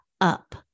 up